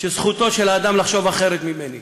שזכותו של אדם לחשוב אחרת ממני.